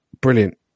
brilliant